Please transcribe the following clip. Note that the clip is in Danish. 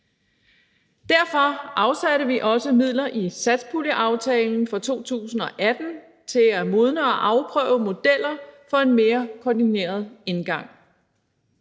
Derfor afsatte vi også midler i satspuljeaftalen fra 2018 til at modne og afprøve modeller for en mere koordineret indgang.